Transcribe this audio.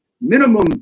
minimum